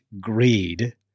greed